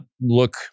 look